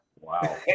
Wow